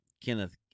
Kenneth